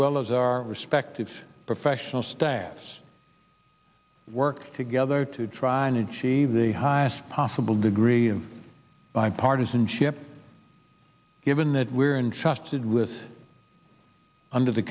well as our respective professional staff work together to try and achieve the highest possible degree of bipartisanship given that we're interested with under the